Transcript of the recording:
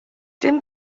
dim